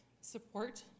support